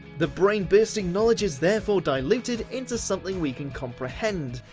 the brain-busting knowledge is therefore diluted, into something we can comprehend.